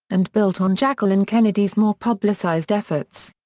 and built on jacqueline kennedy's more publicized efforts.